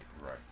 Right